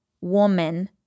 woman